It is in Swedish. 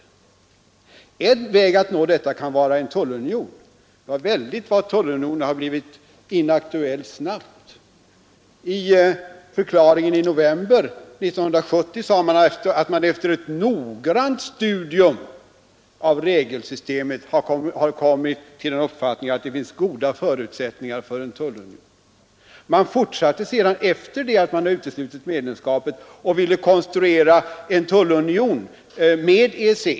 En väg att nå detta kan vara en tullunion. Det är påfallande hur snabbt tullunionen har blivit inaktuell för handelsministern. I förklaringen i november 1970 sade regeringen att man efter ett noggrant studium av regelsystemet hade kommit fram till den uppfattningen att det fanns goda förutsättningar för en tullunion. Man ville även efter det att man hade uteslutit medlemskapet konstruera en tullunion med EEC.